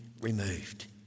removed